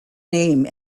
name